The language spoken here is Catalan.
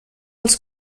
als